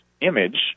image